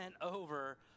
over